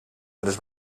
tres